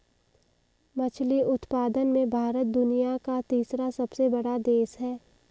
मछली उत्पादन में भारत दुनिया का तीसरा सबसे बड़ा देश है